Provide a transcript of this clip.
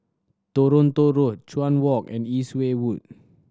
Toronto Road Chuan Walk and East Way Wood